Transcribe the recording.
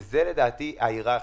לדעתי זאת ההיררכיה.